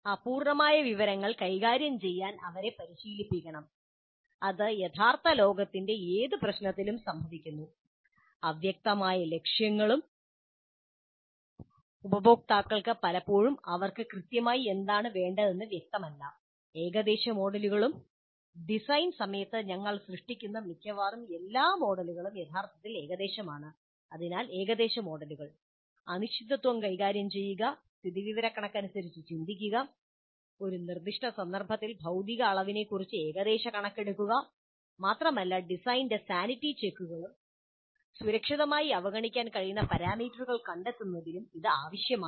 അപൂർണ്ണമായ വിവരങ്ങൾ കൈകാര്യം ചെയ്യാൻ അവരെ പരിശീലിപ്പിക്കണം ഇത് യഥാർത്ഥ ലോകത്തിലെ ഏത് പ്രശ്നത്തിലും സംഭവിക്കുന്നു അവ്യക്തമായ ലക്ഷ്യങ്ങളും ഉപയോക്താക്കൾക്ക് പലപ്പോഴും അവർക്ക് കൃത്യമായി എന്താണ് വേണ്ടതെന്ന് വ്യക്തമല്ല ഏകദേശ മോഡലുകളും ഡിസൈൻ സമയത്ത് ഞങ്ങൾ സൃഷ്ടിക്കുന്ന മിക്കവാറും എല്ലാ മോഡലുകളും യാഥാർത്ഥ്യത്തിന്റെ ഏകദേശമാണ് അതിനാൽ ഏകദേശ മോഡലുകൾ അനിശ്ചിതത്വം കൈകാര്യം ചെയ്യുക സ്ഥിതിവിവരക്കണക്കനുസരിച്ച് ചിന്തിക്കുക ഒരു നിർദ്ദിഷ്ട സന്ദർഭത്തിൽ ഭൌതിക അളവുകളെക്കുറിച്ച് ഏകദേശ കണക്കെടുക്കുക മാത്രമല്ല ഡിസൈനിന്റെ സാനിറ്റി ചെക്കുകൾക്കും സുരക്ഷിതമായി അവഗണിക്കാൻ കഴിയുന്ന പാരാമീറ്ററുകൾ കണ്ടെത്തുന്നതിനും ഇത് ആവശ്യമാണ്